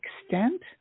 extent